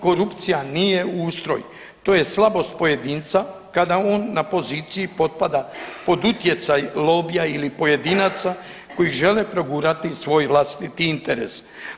Korupcija nije ustroj, to je slabost pojedinca kada on na poziciji potpada pod utjecaj lobija ili pojedinaca koji žele progurati svoj vlastiti interes.